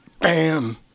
Bam